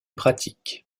pratique